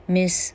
,Miss